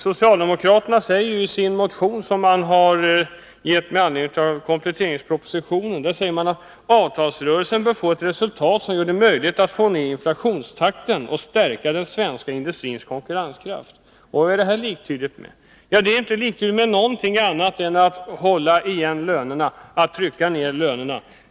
Socialdemokraterna säger i den motion som de väckt med anledning av kompletteringspropositionen att avtalsrörelsen bör ge ett resultat som gör det möjligt att få ned inflationstakten och stärka den svenska industrins konkurrenskraft. Vad är det här liktydigt med? Ja, det är inte liktydigt med något annat än att hålla tillbaka lönerna, att trycka ner lönerna.